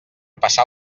passar